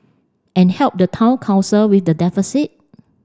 and help the Town Council with the deficit